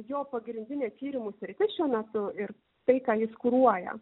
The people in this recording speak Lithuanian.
jo pagrindinė tyrimų sritis šiuo metu ir tai ką jis kuruoja